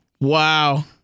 Wow